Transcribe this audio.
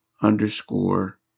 underscore